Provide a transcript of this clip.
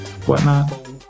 whatnot